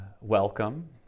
welcome